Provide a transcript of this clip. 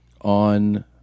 on